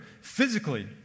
physically